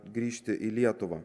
grįžti į lietuvą